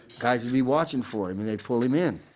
guys would be watching for him and they'd pull him in